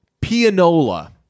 Pianola